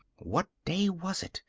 what day was it?